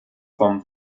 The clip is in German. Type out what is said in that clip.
vom